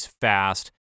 fast